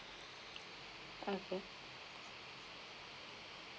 okay